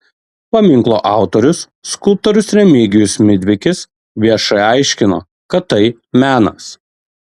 paminklo autorius skulptorius remigijus midvikis viešai aiškino kad tai menas